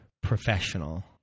professional